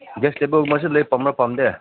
gas ꯇꯦꯕꯜꯒꯨꯝꯕꯁꯨ ꯂꯩ ꯄꯥꯝꯕ꯭ꯔ ꯄꯥꯝꯗꯦ